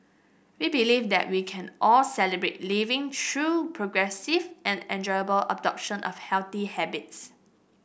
we believe that we can all Celebrate Living through progressive and enjoyable adoption of healthy habits